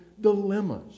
dilemmas